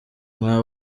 mwa